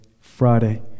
Friday